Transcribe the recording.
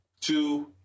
Two